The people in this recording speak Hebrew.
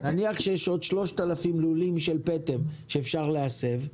נניח שיש עוד 3,000 לולים של פטם שאפשר להסב,